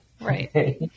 Right